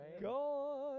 God